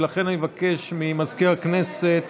ולכן אני מבקש ממזכיר הכנסת